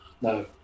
No